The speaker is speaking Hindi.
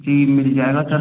जी मिल जाएगा सर